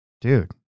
dude